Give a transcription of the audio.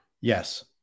Yes